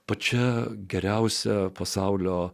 pačia geriausia pasaulio